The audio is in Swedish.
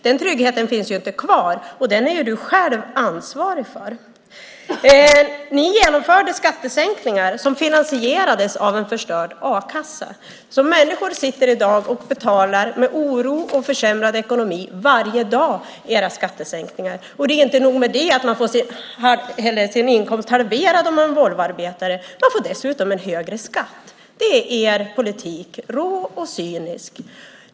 Den tryggheten finns ju inte kvar, och den är du ansvarig för. Ni genomförde skattesänkningar som finansierades av en nu förstörd a-kassa. Människor sitter i dag och med en försämrad ekonomi betalar era skattesänkningar - varje dag. Och inte nog med att man som Volvoarbetare får sin inkomst halverad, man får dessutom högre skatt. Det är er politik - rå och cynisk.